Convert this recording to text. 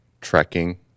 trekking